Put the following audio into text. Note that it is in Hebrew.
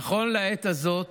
נכון לעת הזאת